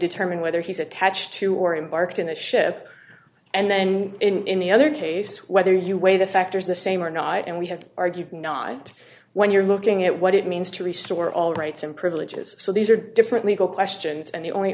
determine whether he's attached to or embarked in a ship and then in the other case whether you weigh the factors the same or not and we have argued not when you're looking at what it means to restore all rights and privileges so these are different legal questions and the only